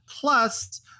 Plus